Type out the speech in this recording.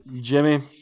Jimmy